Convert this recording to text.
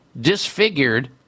disfigured